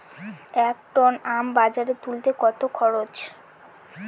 এক টন আম বাজারে তুলতে কত খরচ?